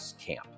camp